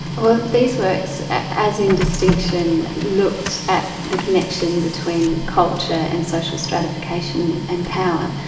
well these works as in distinction, looked at the connection between culture and social stratification and power,